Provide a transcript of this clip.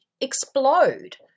explode